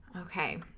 Okay